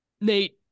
Nate